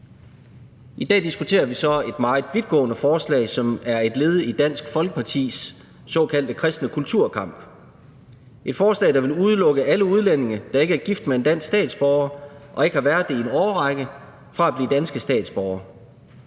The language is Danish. I dag diskuterer vi så et meget vidtgående forslag, som er et led i Dansk Folkepartis såkaldte kristne kulturkamp. Det er et forslag, der vil udelukke alle udlændinge, der ikke er gift med en dansk statsborger og ikke har været det i en årrække, fra at blive danske statsborgere.